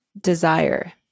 desire